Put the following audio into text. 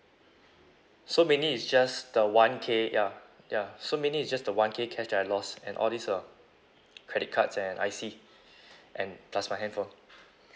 so mainly it's just the one K ya ya so mainly it's just the one K cash that I lost and all these uh credit cards and I_C and plus my handphone